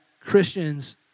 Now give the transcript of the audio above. Christians